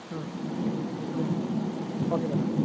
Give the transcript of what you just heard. ம் ம் okay madam